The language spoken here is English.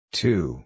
two